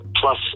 plus